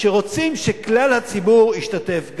שרוצים שכלל הציבור ישתתף.